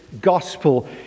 gospel